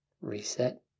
reset